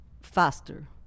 faster